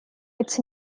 its